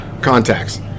contacts